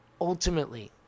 ultimately